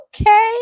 Okay